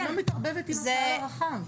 היא לא מתערבבת עם הקהל הרחב.